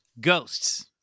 Ghosts